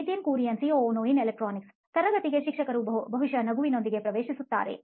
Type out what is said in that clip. Nitin Kurian COO ನೋಯಿನ್ electronics ತರಗತಿಗೆ ಶಿಕ್ಷಕರು ಬಹುಶಃ ನಗುವಿನೊಂದಿಗೆ ಪ್ರವೇಶಿಸುತ್ತಾರೆ